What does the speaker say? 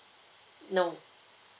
no